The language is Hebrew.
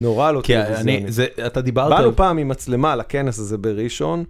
נורא לא טלוויזיני. אתה דיברת על... באנו פעם עם מצלמה לכנס הזה בראשון.